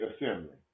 assembly